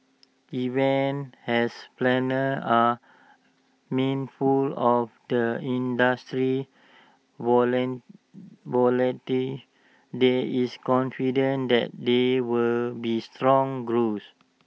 even as planners are mindful of the industry's there is confidence that there will be strong growth